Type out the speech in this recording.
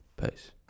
Peace